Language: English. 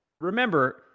remember